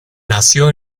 nació